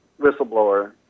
whistleblower